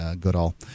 Goodall